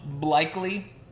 Likely